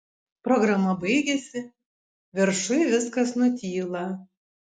programa baigiasi viršuj viskas nutyla